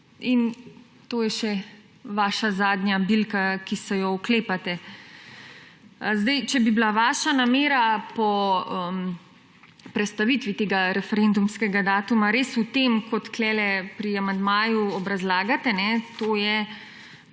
in to je še vaša zadnja bilka, ki se jo oklepate. Če bi bila vaša namera po prestavitvi tega referendumskega datuma res v tem, kot tukaj pri amandmaju obrazlagate ‒ to je,